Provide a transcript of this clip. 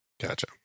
Gotcha